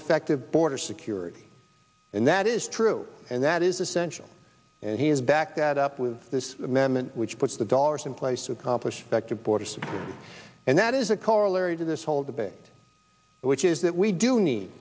effective border security and that is true and that is essential and he has backed that up with this amendment which puts the dollars in place to accomplish that borders and that is a corollary to this whole debate which is that we do need